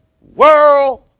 world